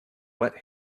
wet